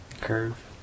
Curve